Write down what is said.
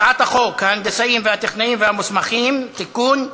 הצעת חוק ההנדסאים והטכנאים המוסמכים (תיקון)